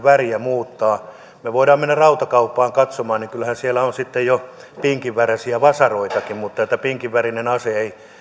väriä muuttaa me voimme mennä rautakauppaan katsomaan kyllähän siellä on sitten jo pinkinvärisiä vasaroitakin mutta pinkinvärinen ase ei